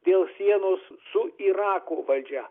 dėl sienos su irako valdžia